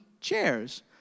chairs